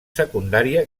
secundària